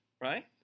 Right